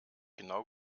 genau